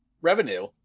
revenue